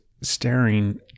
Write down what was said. staring